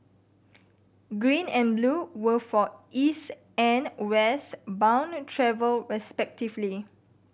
green and blue were for East and West bound travel respectively